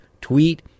tweet